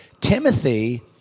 Timothy